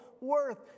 worth